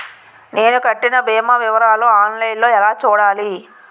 నేను కట్టిన భీమా వివరాలు ఆన్ లైన్ లో ఎలా చూడాలి?